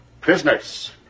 prisoners